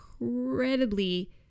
incredibly